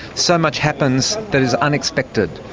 so much happens that is unexpected.